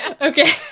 okay